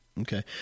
Okay